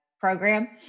program